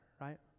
right